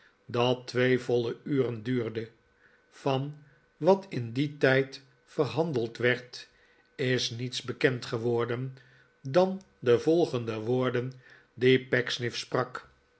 dat twee voile uren duurde van wat in dien tijd verhandeld werd is niets bekend geworden dan de volgende woorden die pecksniff sprak